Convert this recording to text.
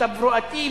תברואתי,